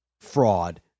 fraud